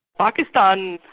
pakistan,